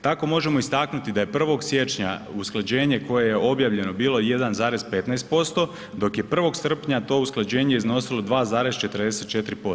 Tako možemo istaknuti da je 1. siječnja usklađenje koje je objavljeno bilo 1,15% dok je 1. srpnja to usklađenje iznosilo 2,44%